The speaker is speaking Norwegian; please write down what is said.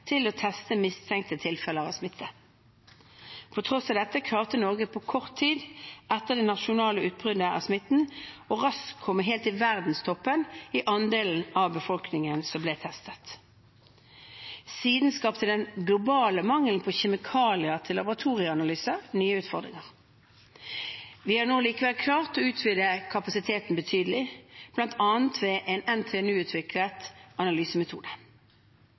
til å teste mistenkte tilfeller av smitte. På tross av dette klarte Norge på kort tid etter det nasjonale utbruddet av smitten raskt å komme helt i verdenstoppen i andelen av befolkningen som ble testet. Siden skapte den globale mangelen på kjemikalier til laboratorieanalyse nye utfordringer. Vi har nå likevel klart å utvide kapasiteten betydelig, bl.a. ved en NTNU-utviklet analysemetode.